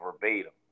verbatim